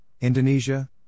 Indonesia